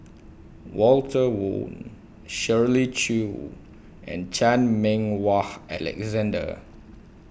Walter Woon Shirley Chew and Chan Meng Wah Alexander